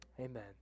Amen